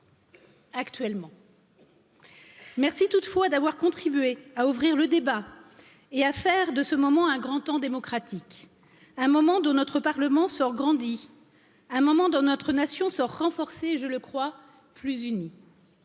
Merci toutefois d'avoir contribué à ouvrir le débat et à faire de ce moment un grand temps démocratique, un moment dont notre Parlement sort grandi, un moment dont notre nation sort renforcée, et je le crois plus un.